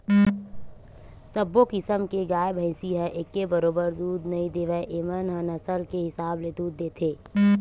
सब्बो किसम के गाय, भइसी ह एके बरोबर दूद नइ देवय एमन ह नसल के हिसाब ले दूद देथे